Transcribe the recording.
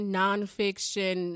nonfiction